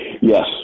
Yes